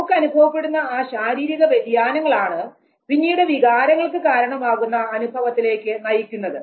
നമുക്ക് അനുഭവപ്പെടുന്ന ഈ ശാരീരിക വ്യതിയാനങ്ങളാണ് പിന്നീട് വികാരങ്ങൾക്ക് കാരണമാകുന്ന അനുഭവത്തിലേക്ക് നയിക്കുന്നത്